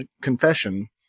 confession